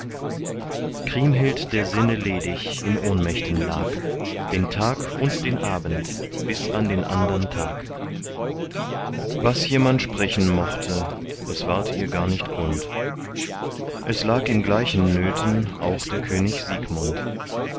kriemhild der sinne ledig in ohnmächten lag den tag und den abend bis an den andern tag was jemand sprechen mochte es ward ihr gar nicht kund es lag in gleichen nöten auch der könig siegmund